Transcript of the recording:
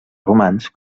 romans